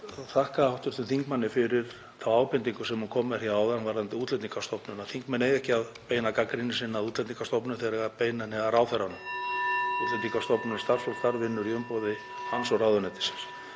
þakka hv. þingmanni fyrir þá ábendingu sem hann kom með hér áðan varðandi Útlendingastofnun, að þingmenn eigi ekki að beina gagnrýni sinni að Útlendingastofnun, þeir eigi að beina henni að ráðherranum. Útlendingastofnun og starfsfólk þar vinnur í umboði hans og ráðuneytisins.